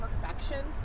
Perfection